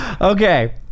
Okay